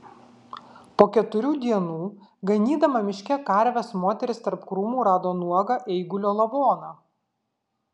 po keturių dienų ganydama miške karves moteris tarp krūmų rado nuogą eigulio lavoną